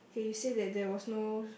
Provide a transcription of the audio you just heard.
okay you said that there was no